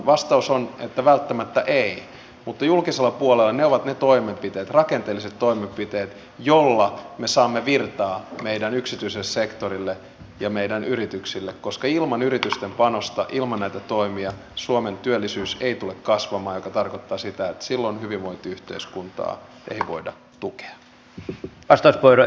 vastaus on että välttämättä ei mutta julkisella puolella ne ovat ne rakenteelliset toimenpiteet joilla me saamme virtaa meidän yksityiselle sektorillemme ja meidän yrityksillemme koska ilman yritysten panosta ja ilman näitä toimia suomen työllisyys ei tule kasvamaan mikä tarkoittaa sitä että silloin hyvinvointiyhteiskuntaa ei voida tukea